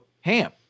ham